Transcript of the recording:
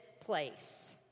place